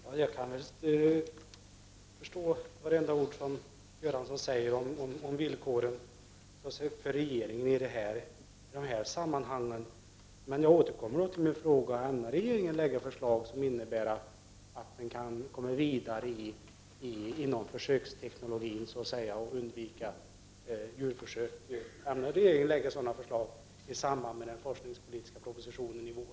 Herr talman! Jag kan förstå vartenda ord som Bengt Göransson säger om villkoren för regeringen i dessa sammanhang, men jag återkommer till min fråga: Ämnar regeringen i samband med den forskningspolitiska propositionen i vår lägga fram förslag som innebär att man komma vidare inom försöksteknologin och undvika djurförsök?